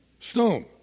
Stone